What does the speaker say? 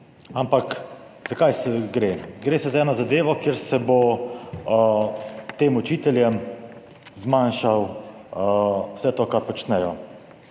Ampak za kaj gre? Gre za eno zadevo, kjer se bo tem učiteljem zmanjšalo vse to, kar počnejo.